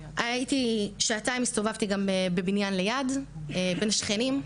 שעתיים הסתובבתי גם בבניין ליד, בין שכנים.